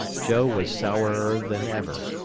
joe was sourer than ever,